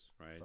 right